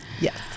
Yes